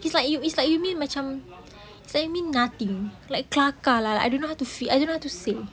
he's like you it's like you mean macam telling me nothing like kelakar like I don't know how to feel I don't know how to say